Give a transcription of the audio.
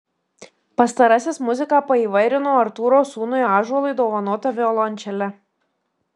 pastarasis muziką paįvairino artūro sūnui ąžuolui dovanota violončele